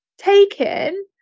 Taken